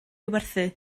werthu